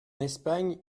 espagne